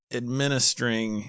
administering